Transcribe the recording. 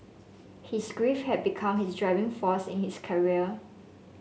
his grief had become his driving force in his career